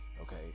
okay